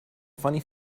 funny